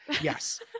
Yes